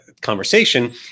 conversation